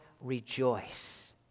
rejoice